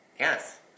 Yes